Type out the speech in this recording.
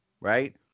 right